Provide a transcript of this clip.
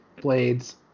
blades